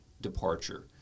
departure